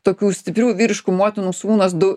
tokių stiprių vyriškų motinų sūnūs du